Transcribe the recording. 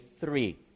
three